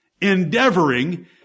Endeavoring